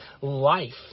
life